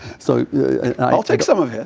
so i will take some of it!